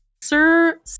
Sir